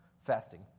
Fasting